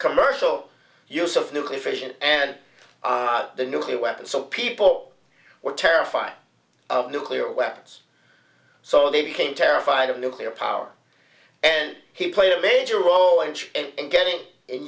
commercial use of nuclear fission and the nuclear weapon so people were terrified of nuclear weapons so they became terrified of nuclear power and he played a major role in and getting in